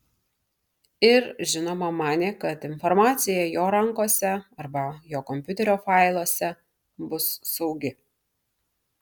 ir žinoma manė kad informacija jo rankose arba jo kompiuterio failuose bus saugi